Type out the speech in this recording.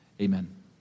Amen